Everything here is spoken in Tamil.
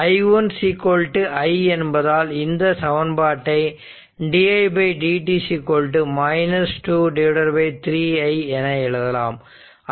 i1 i என்பதால் இந்த சமன்பாட்டை di dt 2 3 i என எழுதலாம்